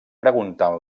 preguntant